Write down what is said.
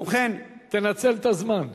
תנצל את הזמן.